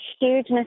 huge